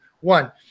One